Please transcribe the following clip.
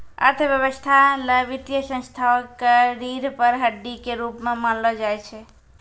अर्थव्यवस्था ल वित्तीय संस्थाओं क रीढ़ र हड्डी के रूप म मानलो जाय छै